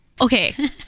Okay